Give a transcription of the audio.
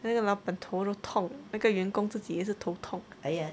那个老板头都痛那个员工自己也是头痛